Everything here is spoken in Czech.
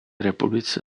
republice